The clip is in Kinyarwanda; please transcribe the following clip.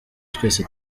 twese